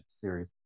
series